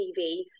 tv